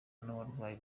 n’uburwayi